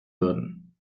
würden